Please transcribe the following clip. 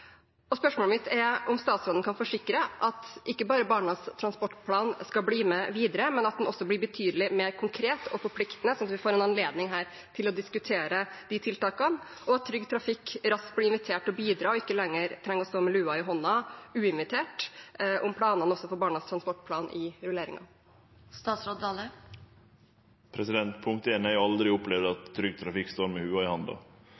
informasjon. Spørsmålet mitt er: Kan statsråden forsikre om at Barnas transportplan ikke bare skal bli med videre, men at den også blir betydelig mer konkret og forpliktende, slik at vi får en anledning til å diskutere de tiltakene her, og at Trygg Trafikk raskt blir invitert til å bidra og ikke lenger trenger å stå uinvitert med lua i hånda med tanke på planene for Barnas transportplan i rulleringa? Punkt éin: Eg har aldri opplevd at Trygg Trafikk har stått med lua i handa. Dei er